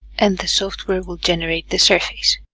and the software will generate the surface